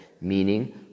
meaning